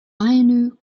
ainu